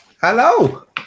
hello